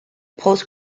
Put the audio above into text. post